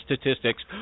statistics